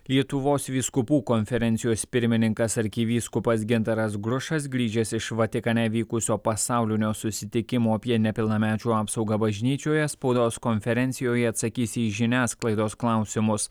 lietuvos vyskupų konferencijos pirmininkas arkivyskupas gintaras grušas grįžęs iš vatikane vykusio pasaulinio susitikimo apie nepilnamečių apsaugą bažnyčioje spaudos konferencijoje atsakys į žiniasklaidos klausimus